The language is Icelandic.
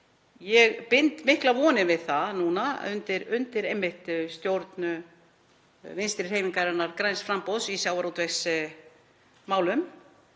ég bind miklar vonir við það að núna undir stjórn Vinstri hreyfingarinnar – græns framboðs í sjávarútvegsmálum,